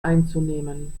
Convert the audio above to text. einzunehmen